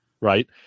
right